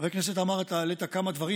חבר הכנסת עמאר, אתה העלית כמה דברים.